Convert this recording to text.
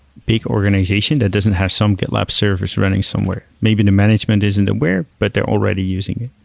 big organization that doesn't have some gitlab servers running somewhere. maybe the management isn't aware, but they're already using it.